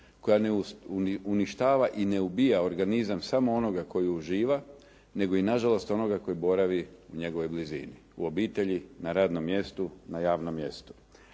koja ne uništava i ne ubija organizam samo onoga koji uživa, nego i na žalost i onoga koji boravi u njegovoj blizini, u obitelji, na radnom mjestu, na javnom mjestu.